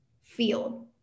feel